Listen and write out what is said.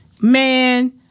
Man